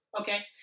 Okay